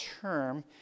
term